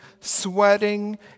sweating